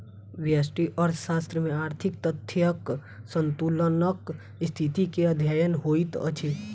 व्यष्टि अर्थशास्त्र में आर्थिक तथ्यक संतुलनक स्थिति के अध्ययन होइत अछि